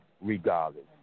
regardless